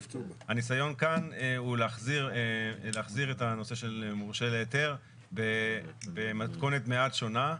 הניסיון כאן הוא להחזיר את הנושא של מורשה להיתר במתכונת מעט שונה,